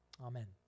Amen